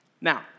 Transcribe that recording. Now